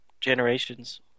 Generations